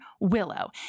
Willow